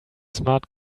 smart